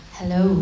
Hello